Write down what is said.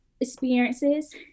experiences